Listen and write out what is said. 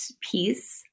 piece